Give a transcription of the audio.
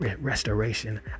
restoration